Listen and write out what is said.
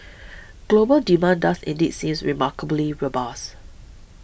global demand does indeed seems remarkably robust